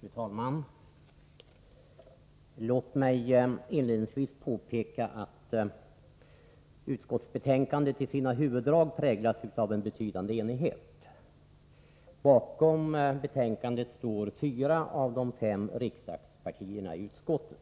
Fru talman! Låt mig inledningsvis påpeka att utskottsbetänkandet i sina huvuddrag präglas av en betydande enighet. Bakom betänkandet står fyra av de fem riksdagspartierna i utskottet.